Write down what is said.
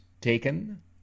taken